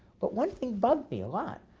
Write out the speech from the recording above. but one thing bugged me a lot,